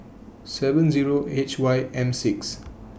seven Zero H Y M six